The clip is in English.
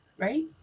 Right